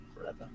forever